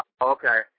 okay